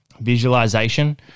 visualization